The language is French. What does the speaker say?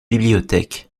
bibliothèque